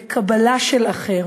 בקבלה של האחר.